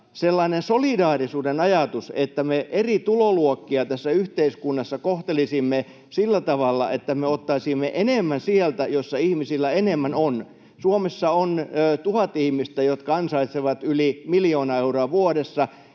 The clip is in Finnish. sellainen solidaarisuuden ajatus, että me eri tuloluokkia tässä yhteiskunnassa kohtelisimme sillä tavalla, että me ottaisimme enemmän sieltä, jossa ihmisillä enemmän on. Suomessa on 1 000 ihmistä, jotka ansaitsevat yli miljoona euroa vuodessa,